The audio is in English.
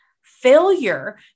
failure